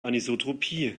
anisotropie